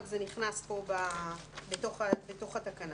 ורק זה נכנס פה בתוך התקנה.